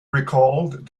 recalled